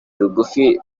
rugufi